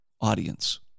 audience